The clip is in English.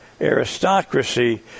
aristocracy